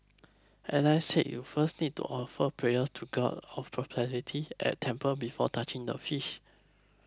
Alice said you first need to offer prayers to god of prosperity at temple before touching the fish